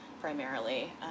primarily